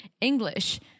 English